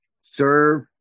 serve